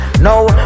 No